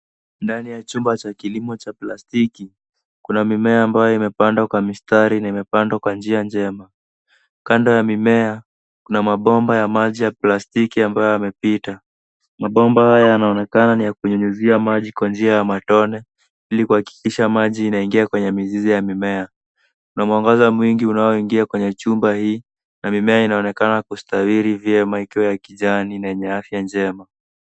Ndani ya chumba cha kilimo cha plastiki kuna mimea ambayo imepandwa kwa mistari na imepandwa kwa njia njema. Kando ya mimea kuna mabomba ya maji ya plastiki ambayo yamepita. Mabomba haya yanaonekana ni ya kunyunyizia maji kwa njia ya matone, ili kuhakikisha maji inaingia kwenye mizizi ya mimea. Kuna mwangaza mwingi unaoingia kwenye chumba hii na mimea inaonekana kunawiri vyema ikiwa ya kijani na yenye afya njema.